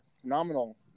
phenomenal